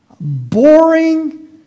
Boring